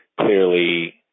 Clearly